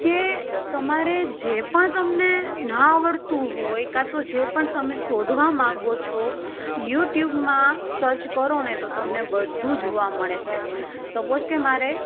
કે તમારે જે જે પણ તમને ન આવડતું હોય કાં તો જે પણ તમે શોધવા માંગો છો યુટ્યુબમાં સર્ચ કરોને તો તમને બધું જોવા મળે છે સપોઝ કે મારે